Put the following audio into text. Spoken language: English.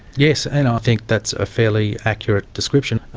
yes, and i think that's a fairly accurate description.